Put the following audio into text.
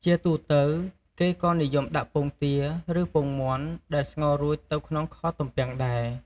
ជាទូទៅ គេក៏និយមដាក់ពងទា ឬ ពងមាន់ដែលស្ងោររួចទៅក្នុងខទំពាំងដែរ។